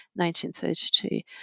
1932